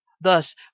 Thus